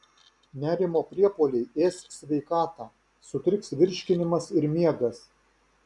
nerimo priepuoliai ės sveikatą sutriks virškinimas ir miegas